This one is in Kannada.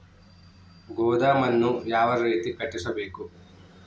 ಗೋದಾಮನ್ನು ಯಾವ ರೇತಿ ಕಟ್ಟಿಸಬೇಕು?